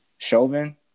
Chauvin